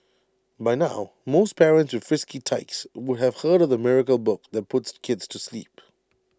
by now most parents with frisky tykes would have heard of the miracle book that puts kids to sleep